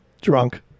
Drunk